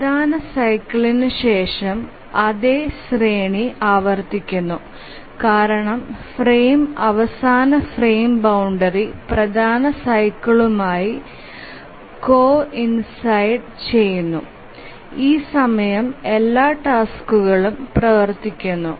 പ്രധാന സൈക്കിൾനു ശേഷം അതേ ശ്രേണി ആവർത്തിക്കുന്നു കാരണം ഫ്രെയിം അവസാന ഫ്രെയിം ബൌണ്ടറി പ്രധാന സൈക്കിളുമായി കോഇൻസൈഡ് ചെയുന്നു ഈ സമയം എല്ലാ ടാസ്കുകളും പ്രവർത്തിക്കുന്നു